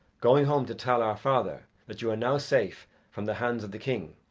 going home to tell our father that you are now safe from the hands of the king.